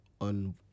on